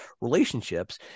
relationships